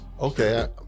okay